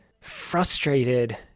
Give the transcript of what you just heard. frustrated